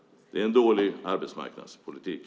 Det är en dålig arbetsmarknadspolitik.